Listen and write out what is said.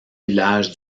village